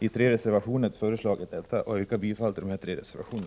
I tre reservationer har vi föreslagit detta, och jag yrkar bifall till dessa tre reservationer.